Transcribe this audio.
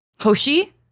Hoshi